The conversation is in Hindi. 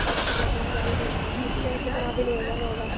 सब काम तो चलदे हैं देखते हैं कितना दिन में बनेगा